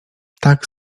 tak